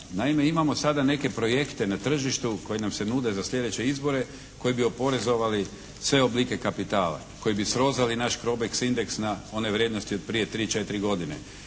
Naime, imamo sada neke projekte na tržištu koji nam se nude za slijedeće izbore koji bi oporezovali sve oblike kapitala, koji bi srozali naš probeks indeks na one vrijednosti od prije tri,